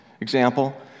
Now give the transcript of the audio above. example